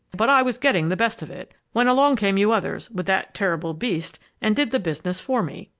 but i was getting the best of it, when along came you others with that terrible beast and did the business for me!